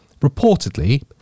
reportedly